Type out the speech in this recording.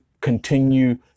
continue